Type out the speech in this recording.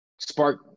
spark